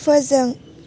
फोजों